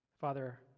Father